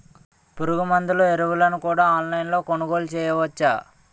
పురుగుమందులు ఎరువులను కూడా ఆన్లైన్ లొ కొనుగోలు చేయవచ్చా?